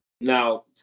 Now